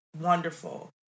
wonderful